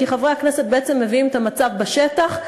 כי חברי הכנסת בעצם מביאים את המצב בשטח,